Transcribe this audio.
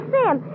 Sam